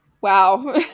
wow